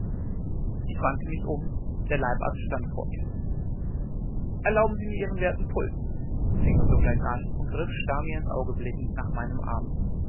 ich wandte mich um der leibarzt stand vor mir erlauben sie mir ihren werten puls fing er sogleich an und griff starr mir ins auge blickend nach meinem arm